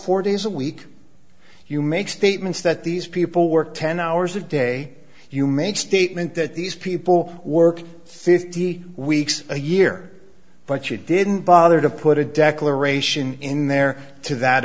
four days a week you make statements that these people work ten hours a day you make statement that these people work fifty weeks a year but you didn't bother to put a declaration in there to that